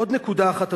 עוד נקודה אחת,